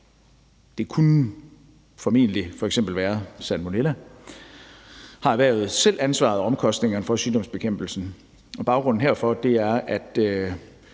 det kunne f.eks. være salmonella – har erhvervet selv ansvaret for og afholder omkostningerne for sygdomsbekæmpelsen, og baggrunden herfor er, at